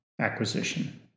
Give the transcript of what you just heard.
acquisition